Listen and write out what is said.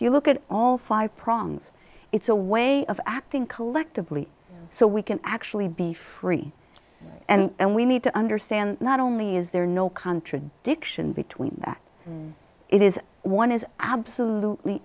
you look at all five prongs it's a way of as i think collectively so we can actually be free and we need to understand not only is there no contradiction between that it is one is absolutely